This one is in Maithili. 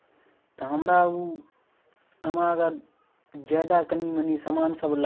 तऽ हम गेलहुॅं ओ जेना जेना ओ कहलक ईमेल पर जा कए करै लए